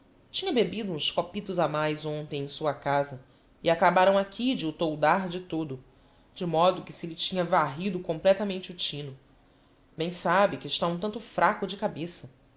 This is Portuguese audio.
tinha bebido uns copitos a mais hontem em sua casa e acabaram aqui de o toldar de todo de modo que se lhe tinha varrido completamente o tino bem sabe que está um tanto fraco de cabeça